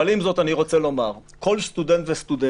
אבל עם זאת אני רוצה לומר: כל סטודנט וסטודנט